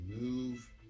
move